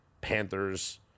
Panthers